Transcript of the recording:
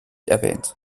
erwähnt